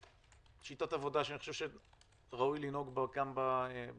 זו שיטת עבודה שאני חושב שראוי לנהוג בה כאן בוועדה.